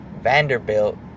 Vanderbilt